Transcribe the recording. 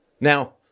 Now